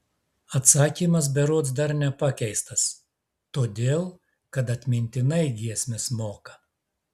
atsakymas berods dar nepakeistas todėl kad atmintinai giesmes moka